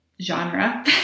Genre